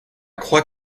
croix